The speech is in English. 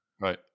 right